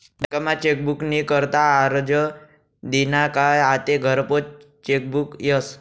बँकमा चेकबुक नी करता आरजं दिना का आते घरपोच चेकबुक यस